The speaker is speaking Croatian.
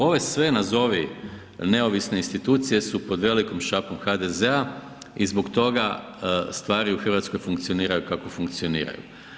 Ove sve nazovi neovisne institucije su pod velikom šapom HDZ-a i zbog toga stvari u Hrvatskoj funkcioniraju kako funkcioniraju.